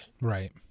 Right